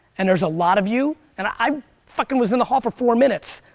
and there's a lot of you, and i fucking was in the hall for four minutes.